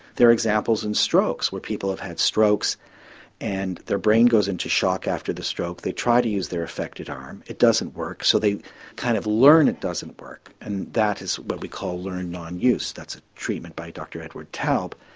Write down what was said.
there are examples in strokes where people have had strokes and their brain goes into shock after the stroke, they try to use their affected arm, it doesn't work so they kind of learn it doesn't work and that is what we call learned non use, that's a treatment by dr edward taub,